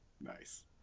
Nice